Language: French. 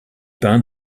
peint